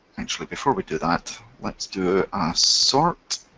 actually before we do that, let's do sort,